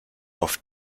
auf